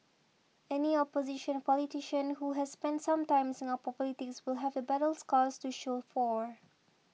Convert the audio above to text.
any opposition politician who has spent some time in Singapore politics will have the battle scars to show for